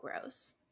gross